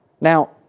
Now